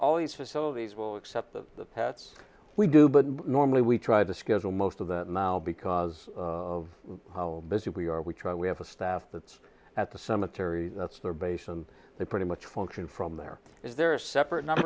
all these facilities will except the pats we do but normally we try to schedule most of that now because of how busy we are we try we have a staff that's at the cemetery that's their base and they pretty much function from there is there a separate n